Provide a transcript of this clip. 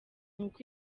uko